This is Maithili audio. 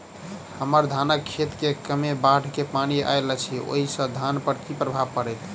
हम्मर धानक खेत मे कमे बाढ़ केँ पानि आइल अछि, ओय सँ धान पर की प्रभाव पड़तै?